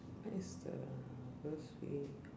what is the worst way